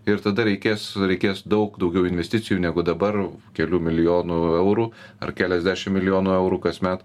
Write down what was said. ir tada reikės reikės daug daugiau investicijų negu dabar kelių milijonų eurų ar keliasdešim milijonų eurų kasmet